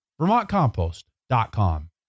VermontCompost.com